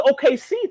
OKC